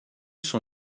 son